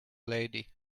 lady